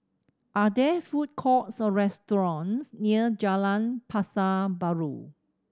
are there food courts or restaurants near Jalan Pasar Baru